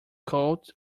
coat